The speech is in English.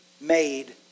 made